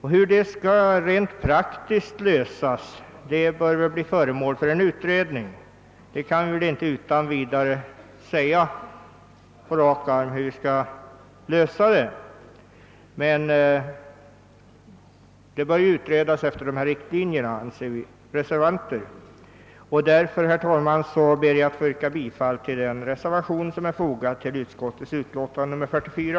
Hur denna fråga rent praktiskt skall lösas bör bli föremål för en utredning. Vi kan inte på rak arm säga hur frågan bör lösas, men den bör enligt reservanternas mening utredas efter de riktlinjer vi angett. Herr talman! Jag ber att få yrka bifall till den reservation som är fogad till andra lagutskottets utlåtande nr 44.